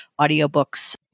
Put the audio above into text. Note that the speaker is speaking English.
audiobooks